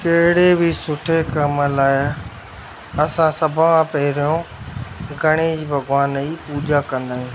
कहिड़े बि सुठे कम लाइ असां सभ खां पहिरियों गणेश भॻिवान जी पूॼा कंदा आहियूं